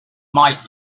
might